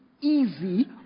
easy